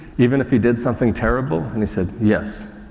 even if he did something terrible? and he said, yes,